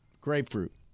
Grapefruit